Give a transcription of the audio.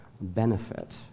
benefit